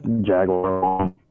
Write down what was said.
Jaguar